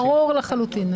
כן, ברור לי, ברור לחלוטין.